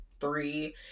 three